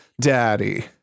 Daddy